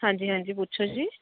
ਹਾਂਜੀ ਹਾਂਜੀ ਪੁੱਛੋ ਜੀ